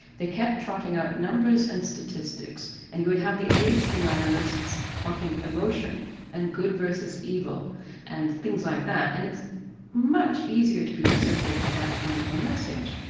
the kept trotting out numbers and statistics and you would have the aids denialists talking emotion and good versus evil and things like that and it's much easier to be receptive to that kind of a message.